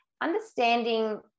understanding